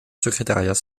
secrétariat